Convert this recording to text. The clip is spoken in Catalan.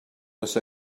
les